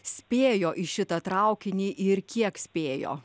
spėjo į šitą traukinį ir kiek spėjo